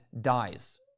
dies